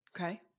Okay